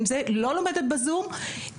היא לא לומדת בזום,